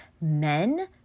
men